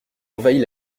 envahit